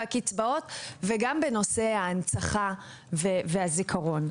קצבאות וגם בנושא ההנצחה והזיכרון.